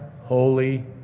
holy